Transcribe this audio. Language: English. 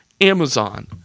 Amazon